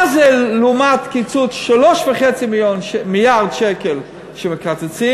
מה זה לעומת קיצוץ של 3.5 מיליארד שקל שמקצצים,